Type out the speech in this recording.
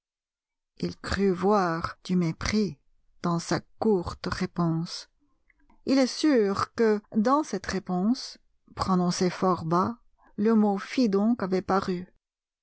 il crut voir du mépris dans sa courte réponse il est sûr que dans cette réponse prononcée fort bas le mot fi donc avait paru